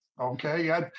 Okay